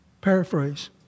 Paraphrase